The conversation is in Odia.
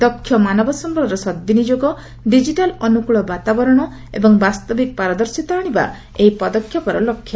ଦକ୍ଷ ମାନବ ସମ୍ଭଳର ସଦ୍ବିନିଯୋଗ ଡିକିଟାଲ ଅନୁକୂଳ ବାତାବରଣ ଏବଂ ବାସ୍ତବିକ ପାରଦର୍ଶିତା ଆଣିବା ଏହି ପଦକ୍ଷେପର ଲକ୍ଷ୍ୟ